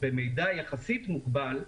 במידע יחסית מוגבל,